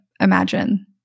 imagine